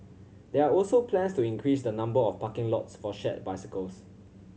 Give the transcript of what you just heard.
there are also plans to increase the number of parking lots for shared bicycles